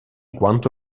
quanto